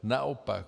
Naopak.